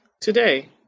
Today